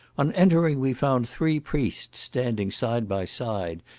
on entering, we found three priests standing side by side,